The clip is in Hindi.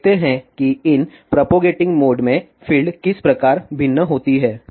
अब देखते हैं कि इन प्रोपोगेटिंग मोड में फ़ील्ड किस प्रकार भिन्न होती है